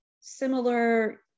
similar